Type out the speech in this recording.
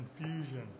confusion